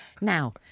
Now